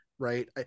right